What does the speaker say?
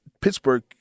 Pittsburgh